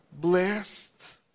Blessed